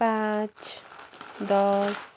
पाँच दस